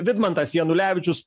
vidmantas janulevičius